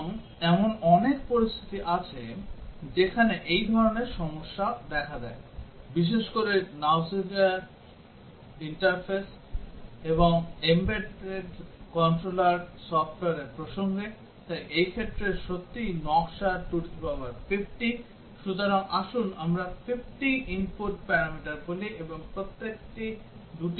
এবং এমন অনেক পরিস্থিতি আছে যেখানে এই ধরনের সমস্যা দেখা দেয় বিশেষ করে ইউজার ইন্টারফেস এবং এমবেডেড কন্ট্রোলার সফটওয়্যারের প্রসঙ্গে তাই এই ক্ষেত্রে সত্যিই নকশা 250 সুতরাং আসুন আমরা 50 ইনপুট প্যারামিটার বলি এবং প্রত্যেকটি দুটি মান নেয়